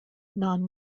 non